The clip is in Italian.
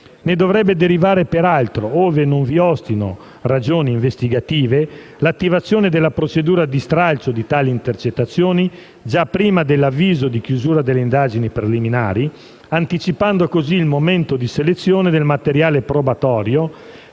Ne dovrebbe derivare peraltro, ove non vi ostino ragioni investigative, l'attivazione della procedura di stralcio di tali intercettazioni già prima dell'avviso di chiusura delle indagini preliminari, anticipando così il momento di selezione del materiale probatorio,